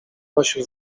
nosił